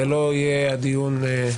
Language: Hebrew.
זה לא יהיה הדיון.